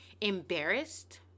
embarrassed